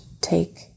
take